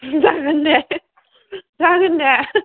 जागोन दे जागोन दे